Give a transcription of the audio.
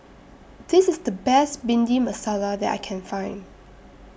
This IS The Best Bhindi Masala that I Can Find